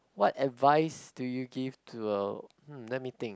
what advice do you give to uh let me think